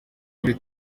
muri